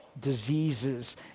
diseases